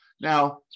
Now